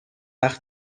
وقت